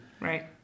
right